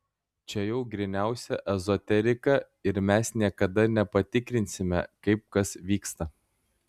čia jau gryniausia ezoterika ir mes niekada nepatikrinsime kaip kas vyksta